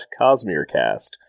Cosmerecast